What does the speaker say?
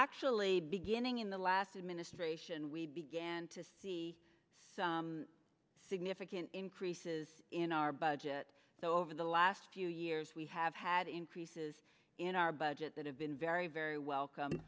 actually beginning in the last administration we began to see significant increases in our budget so over the last few years we have had increases in our budget that have been very very welcome